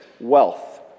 wealth